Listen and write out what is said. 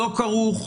לא כרוך,